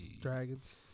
dragons